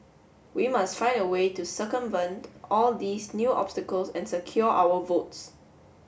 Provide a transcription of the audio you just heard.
we must find a way to circumvent all these new obstacles and secure our votes